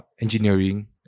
engineering